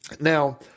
Now